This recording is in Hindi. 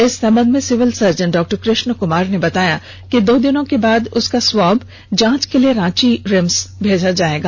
इस संबंध में सिविल सर्जन डॉ कृष्ण कुमार ने बताया कि दो दिनों के बाद उसका स्वाब जांच के लिए रिम्स रांची भेजा जाएगा